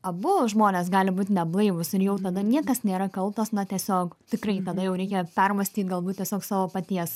abu žmonės gali būt neblaivūs ir jau tada niekas nėra kaltas na tiesiog tikrai tada jau reikia permąstyt galbūt tiesiog savo paties